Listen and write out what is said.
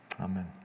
Amen